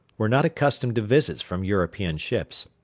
were not accustomed to visits from european ships.